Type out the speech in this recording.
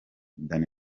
danny